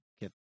get